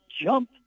jump